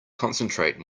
concentrate